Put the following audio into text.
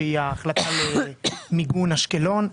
שהיא ההחלטה למיגון אשקלון,